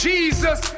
Jesus